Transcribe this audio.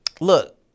look